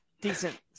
decent